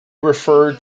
refer